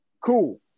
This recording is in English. cool